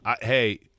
Hey